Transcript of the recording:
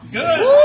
Good